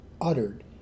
uttered